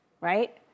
right